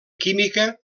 química